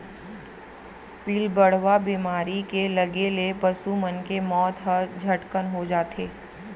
पिलबढ़वा बेमारी के लगे ले पसु मन के मौत ह झटकन हो जाथे